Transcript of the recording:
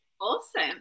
Awesome